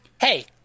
Hey